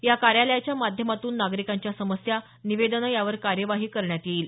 या कार्यालयाच्या माध्यमातून नागरिकांच्या समस्या निवेदने यावर कार्यवाही करण्यात येईल